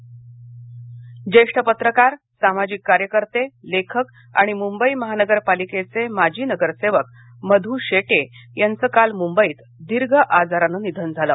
मध शेटये निधन ज्येष्ठ पत्रकार सामाजिक कार्यकर्ते लेखक आणि मुंबई महानगर पालिकेचे माजी नगरसेवक मधू शेट्ये यांचं काल मुंबईत दीर्घ आजारानं निधन झालं